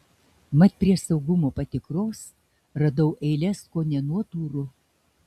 mat prie saugumo patikros radau eiles kone nuo durų